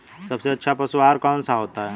सबसे अच्छा पशु आहार कौन सा होता है?